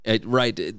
Right